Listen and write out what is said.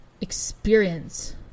experience